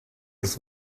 wrth